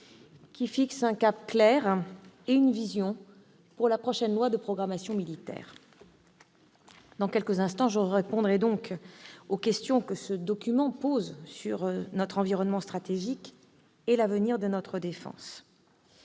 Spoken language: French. fixant un cap clair et une vision pour la prochaine loi de programmation militaire. Dans quelques instants, je répondrai aux questions que ce document pose sur notre environnement stratégique et l'avenir de notre défense.